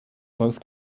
both